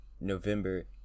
November